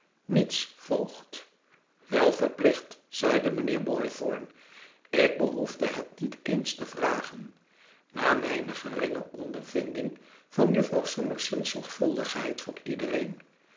niets voogd wel verplicht zeide mijnheer boythorn ik behoefde het niet eens te vragen na mijne geringe ondervinding van jufvrouw summerson's zorgvuldigheid voor iedereen